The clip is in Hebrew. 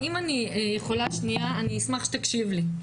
אני אשמח שתקשיב לי.